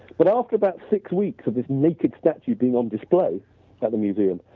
but after that six weeks of his naked statue being on display by the museum,